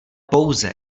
pouze